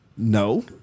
No